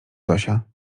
zosia